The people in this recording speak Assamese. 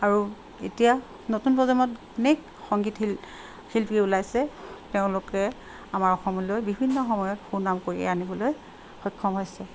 আৰু এতিয়া নতুন প্ৰজন্মত অনেক সংগীত শি শিল্পী ওলাইছে তেওঁলোকে আমাৰ অসমলৈ বিভিন্ন সময়ত সুনাম কৰিয়াই আনিবলৈ সক্ষম হৈছে